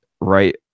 right